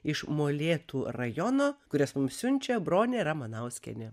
iš molėtų rajono kurias mums siunčia bronė ramanauskienė